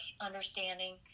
understanding